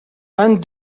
vingt